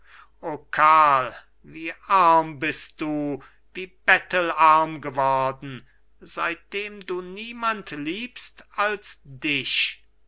karl wie arm bist du wie bettelarm geworden seitdem du niemand liebst als dich